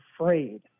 afraid